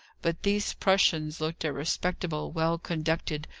but these prussians looked a respectable, well-conducted,